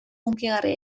hunkigarria